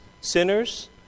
sinners